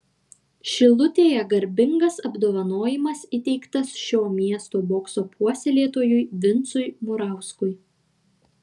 šilutėje garbingas apdovanojimas įteiktas šio miesto bokso puoselėtojui vincui murauskui